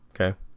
Okay